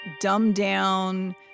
dumbed-down